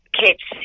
kids